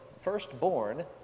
firstborn